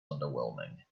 underwhelming